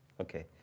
okay